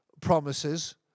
promises